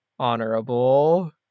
Honorable